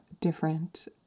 different